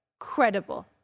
incredible